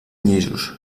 llisos